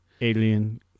Alien